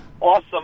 awesome